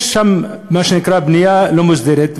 יש שם מה שנקרא בנייה לא מוסדרת.